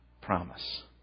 promise